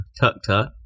Tuck-tuck